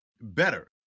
better